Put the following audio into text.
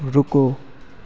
रुको